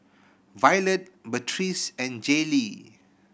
Violet Beatrice and Jaylee